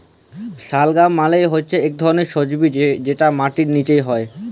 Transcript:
শালগাম মালে হচ্যে ইক ধরলের সবজি যেটা মাটির লিচে হ্যয়